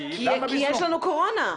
כי יש לנו קורונה.